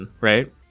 Right